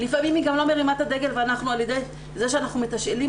לפעמים היא גם לא מרימה את הדגל ועל ידי זה שאנחנו מתשאלים